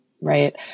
Right